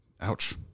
Ouch